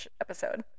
episode